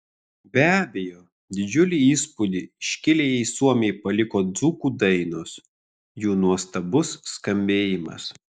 be abejo didžiulį įspūdį iškiliajai suomei paliko dzūkų dainos jų nuostabus skambėjimas